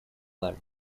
нами